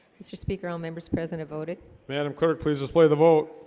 mr speaker all members present voted madame clerk, please display the vote